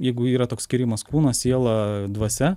jeigu yra toks skyrimas kūnas siela dvasia